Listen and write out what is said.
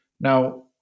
Now